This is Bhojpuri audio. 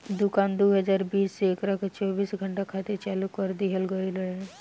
दुकान दू हज़ार बीस से एकरा के चौबीस घंटा खातिर चालू कर दीहल गईल रहे